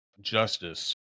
justice